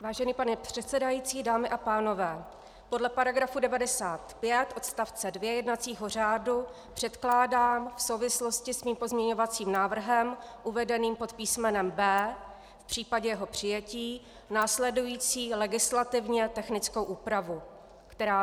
Vážený pane předsedající, dámy a pánové, podle § 95 odst. 2 jednacího řádu předkládám v souvislosti se svým pozměňovacím návrhem uvedeným pod písmenem B v případě jeho přijetí následující legislativně technickou úpravu, která zní: